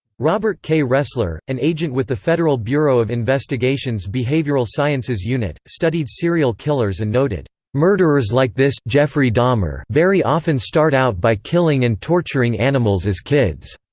robert k. ressler, an agent with the federal bureau of investigation's behavioral sciences unit, studied serial killers and noted, murderers like this yeah and um ah very often start out by killing and torturing animals as kids.